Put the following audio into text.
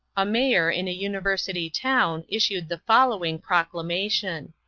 a mayor in a university town issued the following proclamation